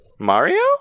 Mario